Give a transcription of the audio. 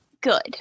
good